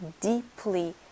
deeply